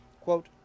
Quote